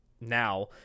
now